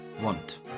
want